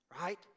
right